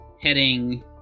heading